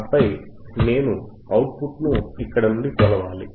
ఆపై నేను output ను ఇక్కడ నుండి కొలవాలి